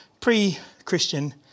pre-Christian